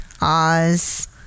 Oz